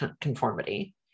conformity